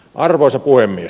arvoisa puhemies